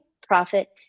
profit